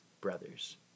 brothers